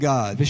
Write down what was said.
God